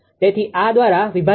તેથી આ દ્વારા વિભાજીત થયેલ છે